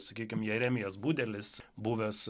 sakykime jeremijas budelis buvęs